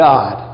God